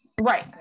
right